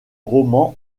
roman